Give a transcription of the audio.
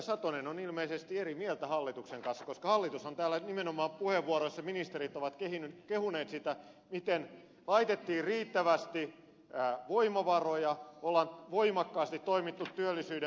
satonen on ilmeisesti eri mieltä hallituksen kanssa koska hallitus ministerit ovat täällä nimenomaan puheenvuoroissa kehuneet sitä miten on laitettu riittävästi voimavaroja on voimakkaasti toimittu työllisyyden puolesta